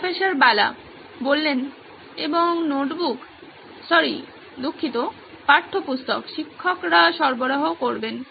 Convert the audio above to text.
professor Bala এবং notebook দুঃখিত পাঠ্যপুস্তক শিক্ষকরা সরবরাহ করবেন